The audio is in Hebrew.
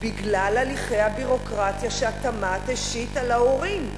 בגלל הליכי הביורוקרטיה שהתמ"ת השית על ההורים.